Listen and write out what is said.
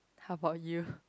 how about you